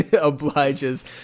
obliges